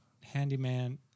handyman